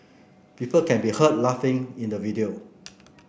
people can be heard laughing in the video